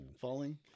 Falling